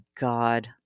God